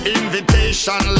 invitation